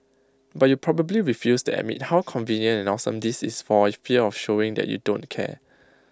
but you probably refuse to admit how convenient and awesome this is for fear of showing that you don't care